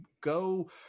go